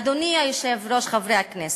אדוני היושב-ראש, חברי הכנסת,